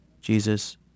Jesus